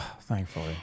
thankfully